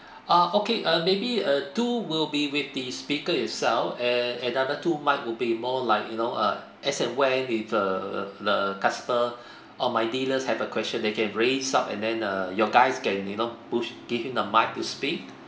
ah okay uh maybe uh two will be with the speaker itself and another two mic would be more like you know uh as and when with err the custo~ or my dealers have a question they can raise up and then uh your guys can you know push give him the mic to speak